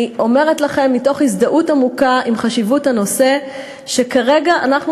אני אומרת לכם מתוך הזדהות עמוקה לגבי חשיבות הנושא שכרגע אנחנו